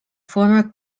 former